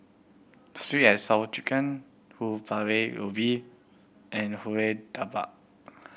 Sweet And Sour Chicken ubi and kuih dabar